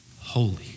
holy